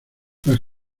las